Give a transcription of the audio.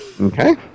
Okay